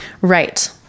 Right